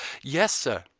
yes, sir.